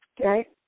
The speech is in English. Okay